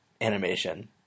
animation